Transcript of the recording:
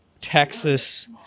Texas